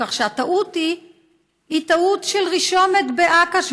כך שהטעות היא טעות של רישום באכ"א,